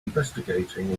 investigating